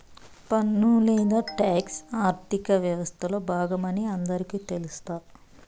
పన్ను లేదా టాక్స్ ఆర్థిక వ్యవస్తలో బాగమని అందరికీ తెల్స